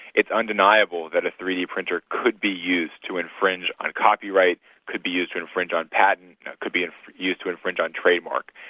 it's undeniable that a three d printer could be used to infringe on copyright could be used to infringe on patents, and could be ah used to infringe on trademarks.